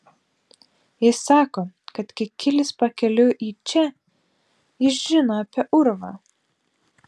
jis sako kad kikilis pakeliui į čia jis žino apie urvą